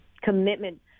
commitment